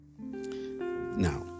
Now